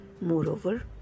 Moreover